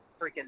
freaking